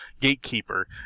Gatekeeper